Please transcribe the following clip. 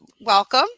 welcome